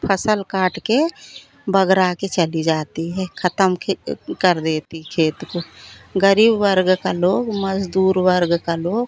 फसल काटकर बगरा के चली जाती है ख़त्म कर देती है खेत को ग़रीब वर्ग के लोग मज़दूर वर्ग के लोग